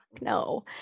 no